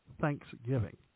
Thanksgiving